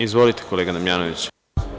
Izvolite, kolega Damjanoviću.